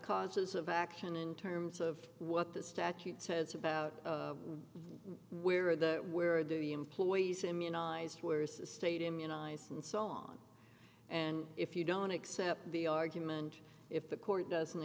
causes of action in terms of what the statute says about where the where do you employ these immunised where is the state immunized and song and if you don't accept the argument if the court doesn't